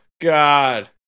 God